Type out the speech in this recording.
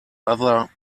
other